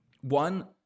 one